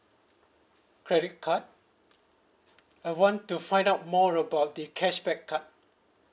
credit card I want to find out more about the cashback card